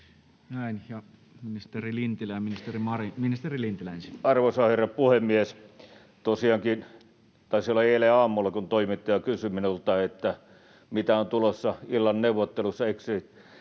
Time: 16:46 Content: Arvoisa herra puhemies! Tosiaankin taisi olla eilen aamulla, kun toimittaja kysyi minulta, mitä on tulossa illan neuvotteluissa